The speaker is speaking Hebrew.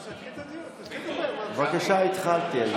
בבקשה, התחלתי.